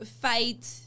fight